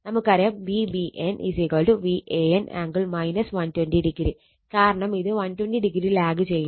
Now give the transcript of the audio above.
നമുക്കറിയാം VBN VAN angle 120o കാരണം ഇത് 120o ലാഗ് ചെയ്യുന്നു